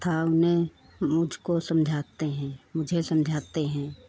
सब उन्हें मुझको समझाते हैं मुझे समझाते हैं